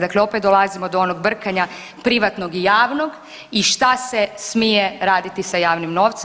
Dakle, opet dolazimo do onog brkanja privatnog i javnog i šta se smije raditi sa javnim novcem.